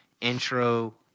intro